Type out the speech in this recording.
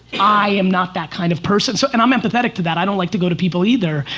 i am not that kind of person. so, and i'm empathetic to that. i don't like to go to people either.